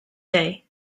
day